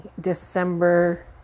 december